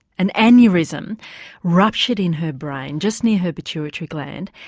an aneurysm ruptured in her brain just near her pituitary gland.